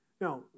Now